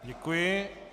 Děkuji.